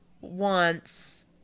wants